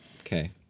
Okay